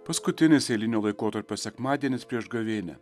paskutinis eilinio laikotarpio sekmadienis prieš gavėnią